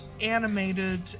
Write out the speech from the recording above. animated